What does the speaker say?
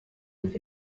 with